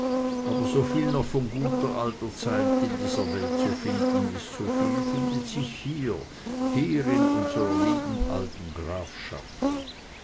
aber soviel noch von guter alter zeit in dieser welt zu finden ist soviel findet sich hier hier in unsrer lieben alten grafschaft